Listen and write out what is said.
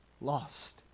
lost